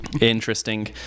interesting